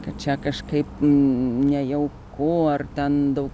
kad čia kažkaip nejauku ar ten daug